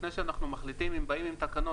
לפני שאנחנו מחליטים אם באים עם תקנות